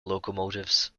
locomotives